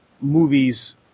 movies